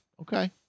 Okay